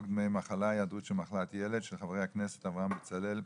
הצעת חוק דמי מחלה (היעדרות בשל מחלת ילד) של חברי הכנסת אברהם בצלאל,